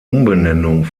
umbenennung